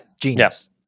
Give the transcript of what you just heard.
Genius